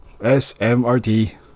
S-M-R-T